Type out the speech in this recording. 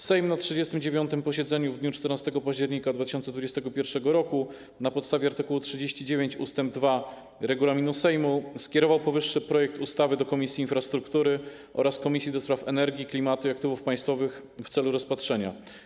Sejm na 39. posiedzeniu w dniu 14 października 2021 r., na podstawie art. 39 ust. 2 regulaminu Sejmu, skierował powyższy projekt ustawy do Komisji Infrastruktury oraz Komisji do Spraw Energii, Klimatu i Aktywów Państwowych w celu rozpatrzenia.